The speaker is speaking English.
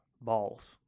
balls